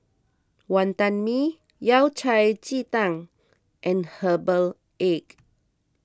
Wantan Mee Yao Cai Ji Tang and Herbal Egg